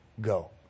go